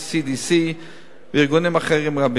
CDC וארגונים אחרים רבים.